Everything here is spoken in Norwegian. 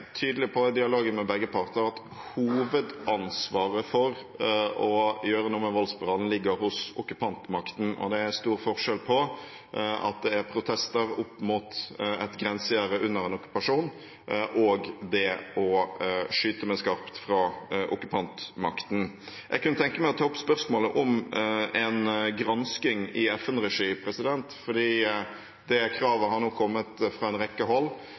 tydelig på, i dialogen med begge parter, at hovedansvaret for å gjøre noe med voldsspiralen ligger hos okkupantmakten, og det er stor forskjell på protester opp mot et grensegjerde under en okkupasjon og det å skyte med skarpt fra okkupantmakten. Jeg kunne tenke meg å ta opp spørsmålet om en gransking i FN-regi, fordi det kravet nå har kommet fra en rekke hold,